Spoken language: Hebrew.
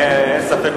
אין ספק,